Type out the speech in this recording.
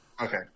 Okay